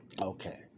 Okay